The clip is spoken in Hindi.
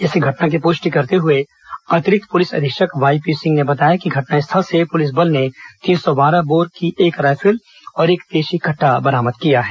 इस घटना की पुष्टि करते हुए अतिरिक्त पुलिस अधीक्षक वाय पी सिंह ने बताया कि घटनास्थल से पुलिस बल ने तीन सौ बारह बोर की एक राइफल और एक देशी कट्टा बरामद किया है